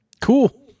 Cool